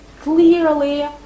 clearly